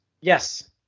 Yes